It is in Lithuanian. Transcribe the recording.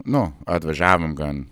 nu atvažiavom gan